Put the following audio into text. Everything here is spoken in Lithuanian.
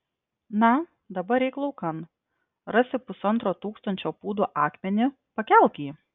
na dabar eik laukan rasi pusantro tūkstančio pūdų akmenį pakelk jį